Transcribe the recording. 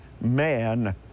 man